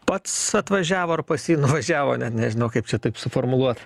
pats atvažiavo ar pas jį nuvažiavo net nežino kaip čia taip suformuluot